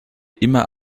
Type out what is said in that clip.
immer